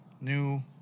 new